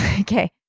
Okay